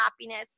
happiness